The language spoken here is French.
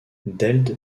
deild